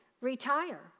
retire